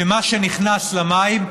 מה שנכנס למים,